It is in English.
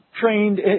trained